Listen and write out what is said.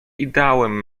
ideałem